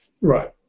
Right